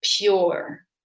pure